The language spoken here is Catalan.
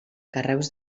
carreus